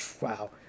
wow